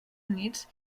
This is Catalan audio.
units